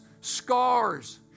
scars